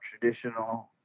traditional